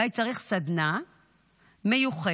אולי צריך סדנה מיוחדת